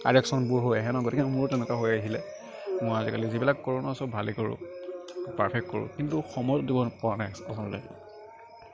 কাৰেক্টচনবোৰ হৈ আহে ন গতিকে মোৰো তেনেকুৱা হৈ আহিলে মই আজিকালি যিবিলাক কৰোঁ ন চ'ব ভালে কৰোঁ পাৰফেক্ট কৰোঁ কিন্তু সময় দিবপৰা নাই আচলতে